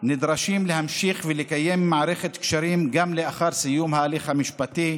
נדרשים להמשיך ולקיים מערכת קשרים גם לאחר סיום ההליך המשפטי,